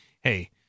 hey